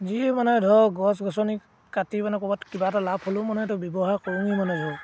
যি মানে ধৰক গছ গছনি কাটি মানে ক'ৰবাত কিবা এটা লাভ হ'লেও মানে সেইটো ব্যৱহাৰ কৰোঁয়েই মানে ধৰক